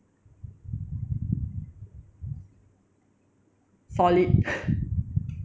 solid